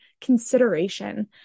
consideration